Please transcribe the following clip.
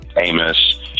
Amos